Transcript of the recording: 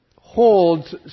holds